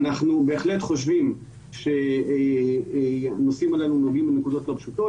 אנחנו בהחלט חושבים שהנושאים הללו נוגעים לנקודות לא פשוטות.